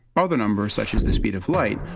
other numbers, such as the speed of light,